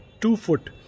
two-foot